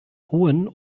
hohen